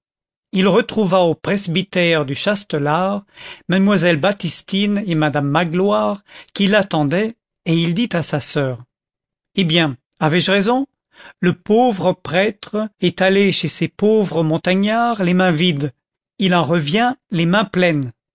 il retrouva au presbytère du chastelar mademoiselle baptistine et madame magloire qui l'attendaient et il dit à sa soeur eh bien avais-je raison le pauvre prêtre est allé chez ces pauvres montagnards les mains vides il en revient les mains pleines